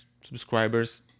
subscribers